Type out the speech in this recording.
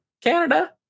Canada